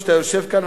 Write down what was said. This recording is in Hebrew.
אתה יושב כאן,